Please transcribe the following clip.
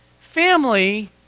Family